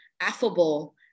affable